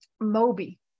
Moby